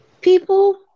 People